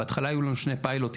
בהתחלה היו לנו שני פיילוטים,